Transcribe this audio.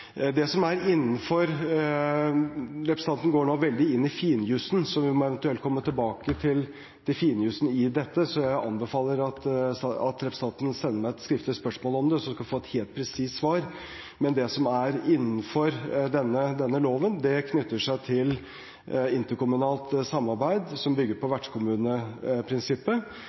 Representanten går nå veldig inn i finjussen – jeg må eventuelt komme tilbake til finjussen i dette. Jeg anbefaler at representanten sender meg et skriftlig spørsmål om det, slik at hun får et helt presist svar. Det som er innenfor denne loven, knytter seg til interkommunalt samarbeid, som bygger på vertskommuneprinsippet,